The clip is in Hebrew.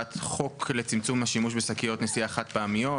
- הצעת חוק לצמצום השימוש בשקיות נשיאה חד-פעמיות,